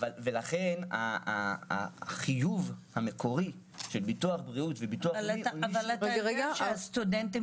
לכן החיוב המקורי של ביטוח הבריאות -- אבל הסטודנטים